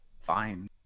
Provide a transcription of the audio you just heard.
fine